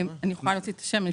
אני יכולה להשיג את השם.